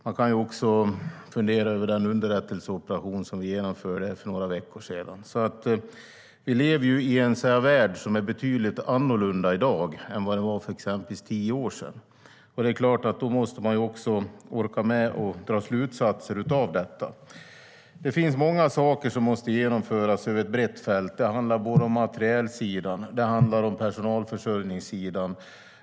Man kan också fundera över den underrättelseoperation som vi genomförde för några veckor sedan. Det finns många saker som måste genomföras över ett brett fält. Det handlar om både materielsidan och personalförsörjningssidan.